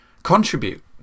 contribute